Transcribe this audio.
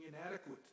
inadequate